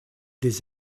des